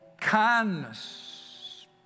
Kindness